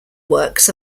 works